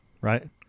Right